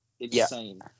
Insane